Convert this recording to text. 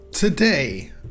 Today